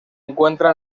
encuentra